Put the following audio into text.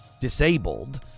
disabled